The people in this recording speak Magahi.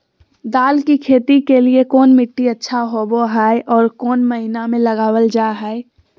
दाल की खेती के लिए कौन मिट्टी अच्छा होबो हाय और कौन महीना में लगाबल जा हाय?